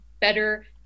better